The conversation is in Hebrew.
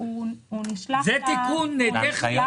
זה תיקון טכני?